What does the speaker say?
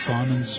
Simon